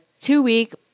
two-week